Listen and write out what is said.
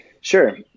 Sure